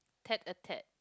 tad a tad